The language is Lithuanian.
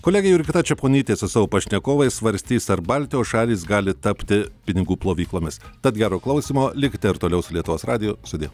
kolegė jurgita čeponytė su savo pašnekovais svarstys ar baltijos šalys gali tapti pinigų plovyklomis tad gero klausymo likite ir toliau su lietuvos radiju sudie